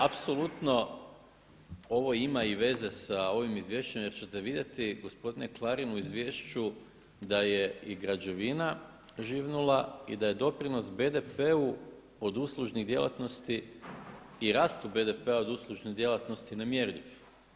Apsolutno ovo ima i veze sa ovim izvješćem jer ćete vidjeti gospodine Klarin u izvješću da je i građevina živnula i da je doprinos BDP-u od uslužnih djelatnosti i rastu BDP-a od uslužnih djelatnosti nemjerljiv.